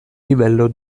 livello